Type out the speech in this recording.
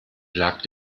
lag